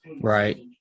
right